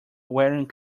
wearing